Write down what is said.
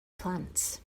plant